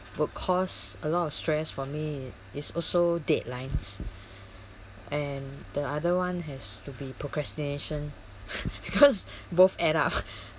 will cause a lot of stress for me is also deadlines and the other one has to be procrastination because both add up